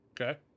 Okay